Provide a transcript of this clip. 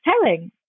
telling